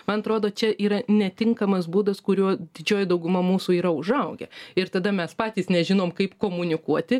man atrodo čia yra netinkamas būdas kuriuo didžioji dauguma mūsų yra užaugę ir tada mes patys nežinom kaip komunikuoti